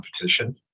competition